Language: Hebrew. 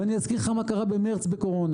ואני אזכיר לך מה קרה במרץ בקורונה.